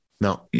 No